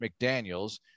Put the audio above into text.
McDaniels